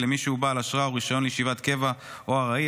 ולמי שהוא בעל אשרה או רישיון לישיבת קבע או ארעי,